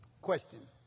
Question